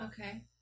Okay